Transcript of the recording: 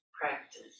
practice